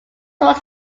was